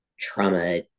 trauma